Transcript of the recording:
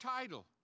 title